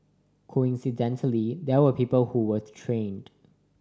coincidentally there were people who were trained